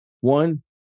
One